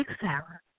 Sarah